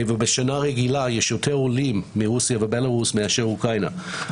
בשנה רגילה יש יותר עולים מרוסיה ובלארוס מאשר אוקראינה,